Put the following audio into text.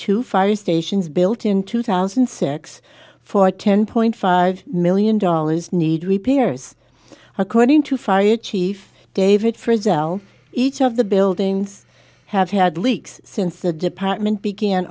two fire stations built in two thousand and six for ten point five million dollars need repairs according to fire chief david first sell each of the buildings have had leaks since the department began